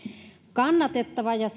kannatettava ja